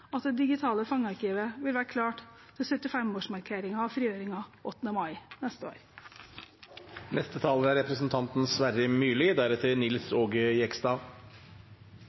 at det digitale fangearkivet vil være klart til 75-årsmarkeringen av frigjøringen 8. mai neste